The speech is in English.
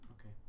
okay